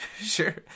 sure